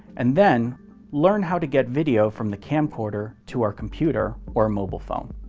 and then learn how to get video from the camcorder to our computer or mobile phone.